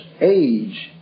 age